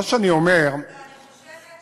מה שאני אומר, לא, אני חושבת,